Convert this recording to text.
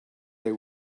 they